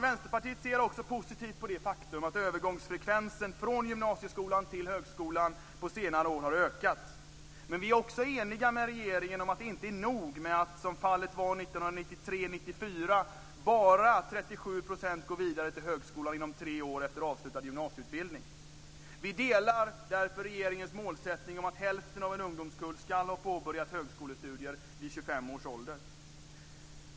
Vänsterpartiet ser också positivt på det faktum att övergångsfrekvensen från gymnasieskolan till högskolan på senare år har ökats. Men vi är också eniga med regeringen om att det inte är nog att som fallet var 1993/1994 bara 37 % går vidare till högskolan inom tre år efter avslutad gymnasieutbildning. Vi delar därför regeringens målsättning att hälften av en ungdomskull ska ha påbörjat högskolestudier vid 25 års ålder.